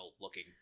looking